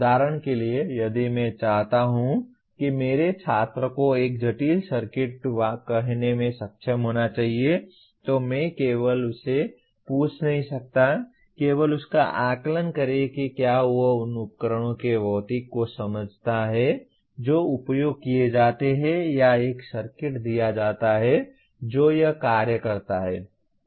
उदाहरण के लिए यदि मैं चाहता हूं कि मेरे छात्र को एक जटिल सर्किट कहने में सक्षम होना चाहिए तो मैं केवल उससे पूछ नहीं सकता केवल उसका आकलन करें कि क्या वह उन उपकरणों के भौतिकी को समझता है जो उपयोग किए जाते हैं या एक सर्किट दिया जाता है जो यह कार्य करता है